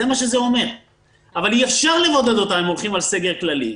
אבל אי אפשר לבודד אותם אם הולכים על סגר כללי,